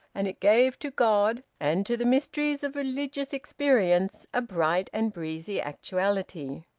and it gave to god and to the mysteries of religious experience a bright and breezy actuality.